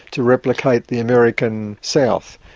to replicate the american south.